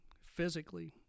physically